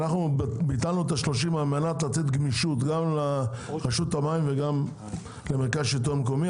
ביטלנו את ה-30 כדי לתת גמישות גם לרשות המים וגם למרכז השלטון המקומי.